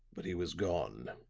but he was gone.